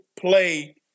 play